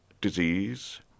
disease